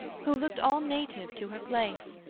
who looked all native to her place,